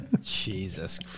Jesus